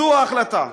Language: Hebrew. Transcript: זו ההחלטה.